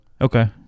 Okay